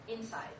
inside